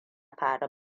faru